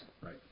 Right